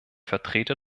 vertreter